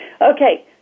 Okay